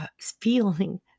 feeling